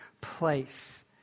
place